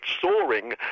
soaring